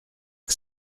que